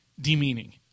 demeaning